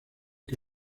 que